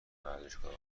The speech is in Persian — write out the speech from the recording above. ورزشگاه